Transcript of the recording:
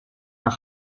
nach